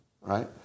right